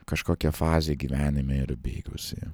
kažkokia fazė gyvenime yra beigusi